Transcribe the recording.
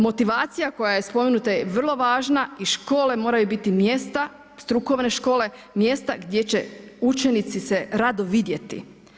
Motivacija koja je spomenuta je vrlo važna i škole moraju biti mjesta, strukovne škole mjesta gdje će učenici se rado vidjeti.